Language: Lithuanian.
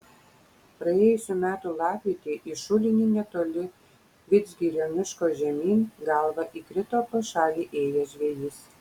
praėjusių metų lapkritį į šulinį netoli vidzgirio miško žemyn galva įkrito pro šalį ėjęs žvejys